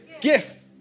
Gift